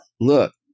look